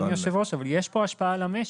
אדוני יושב הראש, אבל יש פה השפעה על המשק.